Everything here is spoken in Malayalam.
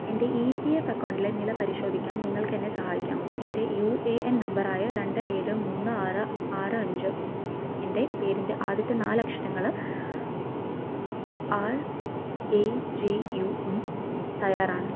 എൻ്റെ ഇ പി എഫ് അക്കൌണ്ടിലെ നില പരിശോധിക്കാൻ നിങ്ങൾക്കെന്നെ സഹായിക്കാമോ എൻ്റെ യു എ എൻ നമ്പറായ രണ്ട് ഏഴ് മൂന്ന് ആറ് ആറ് അഞ്ച് എൻ്റെ പേരിൻ്റെ ആദ്യത്തെ നാല് അക്ഷരങ്ങൾ ആർ എ ജെ യു ഉം തയ്യാറാണ്